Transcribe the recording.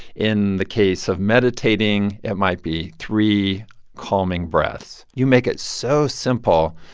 in the case of meditating, it might be three calming breaths. you make it so simple,